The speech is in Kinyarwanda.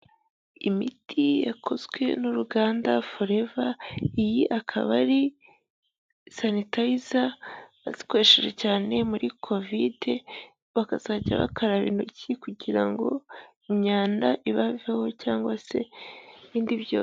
Imiti yakozwe n'uruganda foreva, iyi akaba ari sanitayiza bakoresheje cyane muri kovide bakazajya bakaraba intoki kugira ngo imyanda ibaveho cyangwa se ibindi byose.